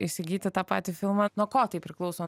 įsigyti tą patį filmą nuo ko tai priklauso